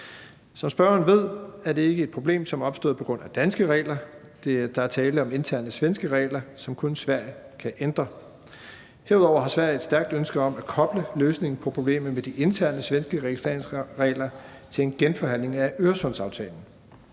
Som spørgeren ved, er det ikke er et problem, som er opstået på grund af danske regler. Der er tale om interne svenske regler, som kun Sverige kan ændre. Derudover har Sverige et stærkt ønske om at koble løsningen på problemet, der er med de interne svenske registreringsregler, sammen med en genforhandling af Øresundsaftalen.